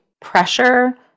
pressure